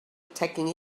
taking